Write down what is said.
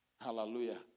Hallelujah